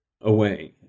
away